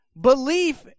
belief